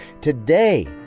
Today